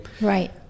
Right